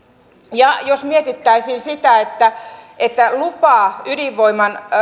ja jos mietittäisiin sitä että että lupa ydinvoiman